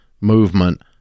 movement